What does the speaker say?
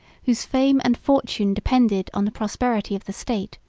whose fame and fortune depended on the prosperity of the state,